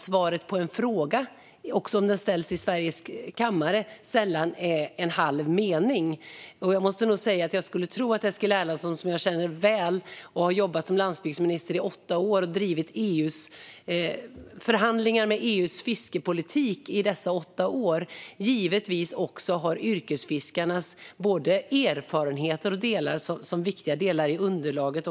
Svaret på en fråga, även en som ställs i kammaren i Sveriges riksdag, är sällan en halv mening. Jag känner Eskil Erlandsson väl. Han jobbade som landsbygdsminister i åtta år och drev under de åtta åren förhandlingar om EU:s fiskepolitik. Han har givetvis med yrkesfiskarnas erfarenheter som viktiga delar i underlaget.